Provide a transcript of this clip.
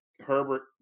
Herbert